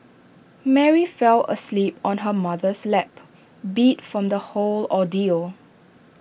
Mary fell asleep on her mother's lap beat from the whole ordeal